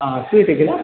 हा श्रूयते किल